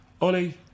Ollie